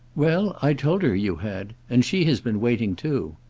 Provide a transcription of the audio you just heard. well, i told her you had. and she has been waiting too.